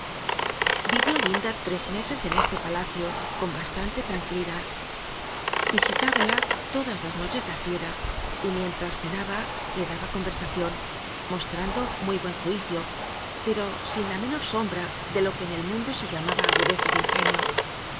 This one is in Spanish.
i'ió linda tres mc c en r te palacio cou bastan te tranquilidad yisilidmla todas la nol'hts la fiera y mirntra l euaba le daba conlr a on mo frando muy buen ju ido p ro sin la meuor umhra do lo que en el muntlo se llama agudeza de ingenio